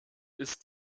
ist